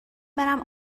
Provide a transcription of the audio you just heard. برم